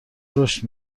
رشد